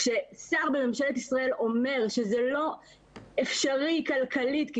כששר בממשלת ישראל אומר שזה לא אפשרי כלכלית כי